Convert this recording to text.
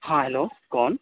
ہاں ہیلو کون